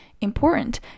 important